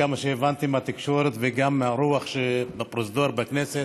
עד כמה שהבנתי מהתקשורת וגם מהרוח שבפרוזדור הכנסת.